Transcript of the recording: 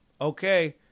Okay